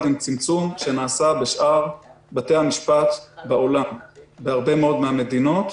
עם צמצום שנעשה בשאר בתי המשפט בעולם בהרבה מאוד מן המדינות.